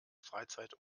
freizeit